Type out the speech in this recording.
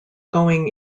going